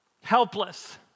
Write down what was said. Helpless